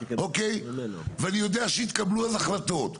ואני יודע שהתקבלו החלטות,